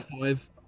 five